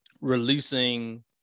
releasing